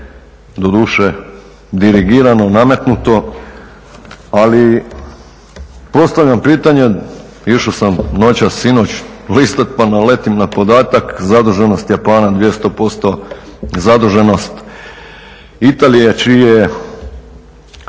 doduše dirigirano, nametnuto, ali postavljam pitanje, išao sam noćas, sinoć listati pa naletim podatak, zaduženost Japana 200%, zaduženost Italije čiji je